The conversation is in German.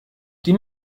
die